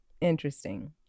Interesting